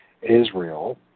Israel